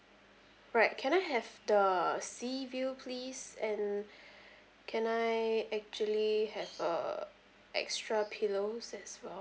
right can I have the sea view please and can I actually have err extra pillows as well